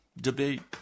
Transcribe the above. debate